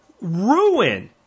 ruin